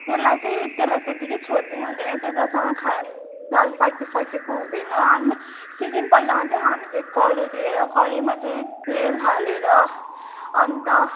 त्यसलाई चाहिँ त्यसलाई त्यत्तिकै छोडदिनु हुँदैन त्यतिबेलासम्म खा दाल पाकिसकेको हुँदैन अन्त सेकेन्ड पल्टमा चाहिँ हामीले कराई लिएर कराईमा चाहिँ तेल हालेर अन्त